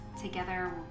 Together